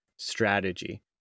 strategy